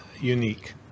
unique